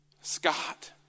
Scott